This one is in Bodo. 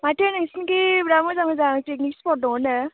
माथो नोंसोरनिथिं बिराद मोजां मोजां पिकनिख स्फ'ट दङ नो